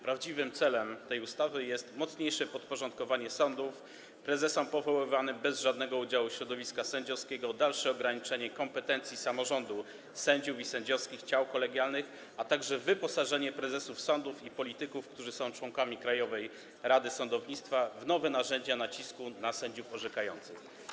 Prawdziwym celem tej ustawy jest mocniejsze podporządkowanie sądów prezesom powoływanym bez żadnego udziału środowiska sędziowskiego, dalsze ograniczenie kompetencji samorządu sędziów i sędziowskich ciał kolegialnych, a także wyposażenie prezesów sądów i polityków, którzy są członkami Krajowej Rady Sądownictwa, w nowe narzędzia nacisku na sędziów orzekających.